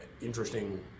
interesting